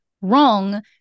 wrong